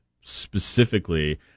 specifically